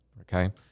okay